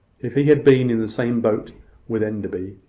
if he had been in the same boat with enderby,